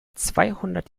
zweihundert